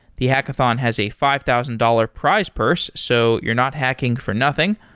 the hackathon has a five thousand dollars price purse. so you're not hacking for nothing.